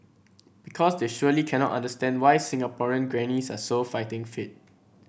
because they surely cannot understand why Singaporean grannies are so fighting fit